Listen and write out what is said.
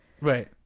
Right